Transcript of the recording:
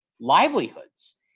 livelihoods